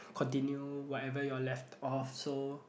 continue whatever you all left off so